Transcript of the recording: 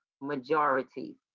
majority